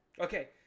Okay